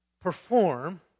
perform